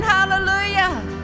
Hallelujah